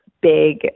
big